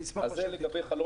אני אשמח לשבת איתך בנושא זה.